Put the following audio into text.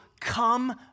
come